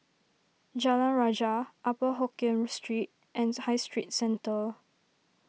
Jalan Rajah Upper Hokkien Street and High Street Centre